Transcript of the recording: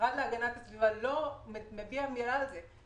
המשרד להגנת הסביבה לא מביע מילה על זה.